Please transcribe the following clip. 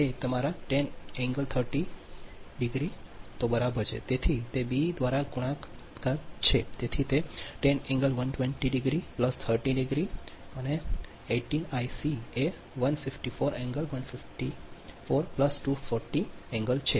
તેથી તે બી દ્વારા ગુણાકાર છે તેથી તે 10 120 ° 30 ° છે અને 18 I c એ 154 ° 154 240 ° છે